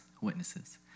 witnesses